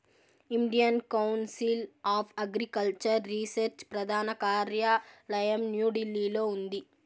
Indian council of agricultural research ప్రధాన కార్యాలయం న్యూఢిల్లీలో ఉంది